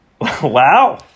Wow